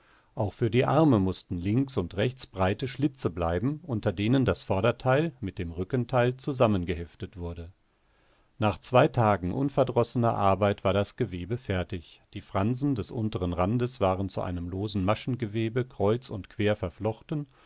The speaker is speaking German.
auch für die arme mußten links und rechts breite schlitze bleiben unter denen das vorderteil mit dem rückenteil zusammengeheftet wurde nach zwei tagen unverdrossener arbeit war das gewebe fertig die fransen des unteren randes waren zu einem losen maschengewebe kreuz und quer verflochten